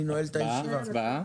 הצבעה.